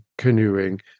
Canoeing